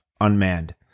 unmanned